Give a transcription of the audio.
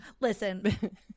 Listen